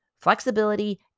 flexibility